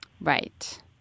Right